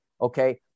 Okay